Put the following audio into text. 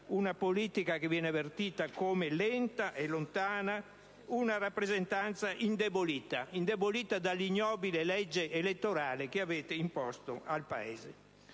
una politica che viene avvertita come lenta e lontana e una rappresentanza indebolita dall'ignobile legge elettorale che avete imposto al Paese.